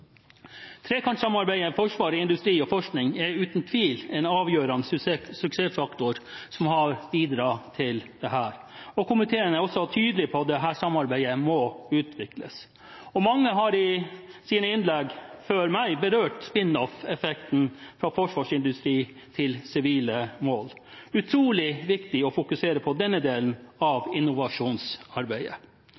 Forsvaret, forsvarsindustrien og Forsvarets forskningsinstitutt er uten tvil en avgjørende suksessfaktor som har bidratt til dette. Komiteen er også tydelig på at dette samarbeidet må utvikles. Mange har i sine innlegg – før meg – berørt spin-off-effekten fra forsvarsindustri til sivile mål. Det er utrolig viktig å fokusere på denne delen av